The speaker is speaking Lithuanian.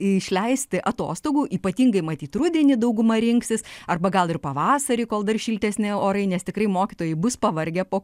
išleisti atostogų ypatingai matyt rudenį dauguma rinksis arba gal ir pavasarį kol dar šiltesni orai nes tikrai mokytojai bus pavargę po